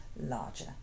larger